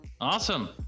Awesome